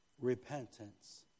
repentance